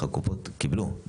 הקופות קיבלו.